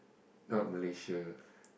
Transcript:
not Malaysia